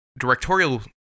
directorial